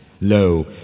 Lo